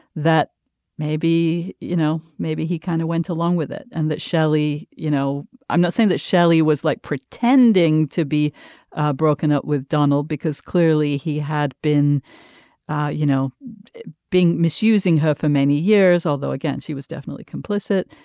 that maybe you know maybe he kind of went along with it and that shelly you know i'm not saying that shelly was like pretending to be broken up with donald because clearly he had been you know being misusing her for many years although again she was definitely complicit.